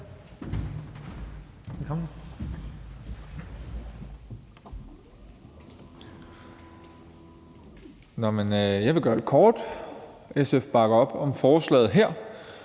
Jeg vil gøre det kort: SF bakker op om forslaget her.